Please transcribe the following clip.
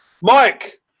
mike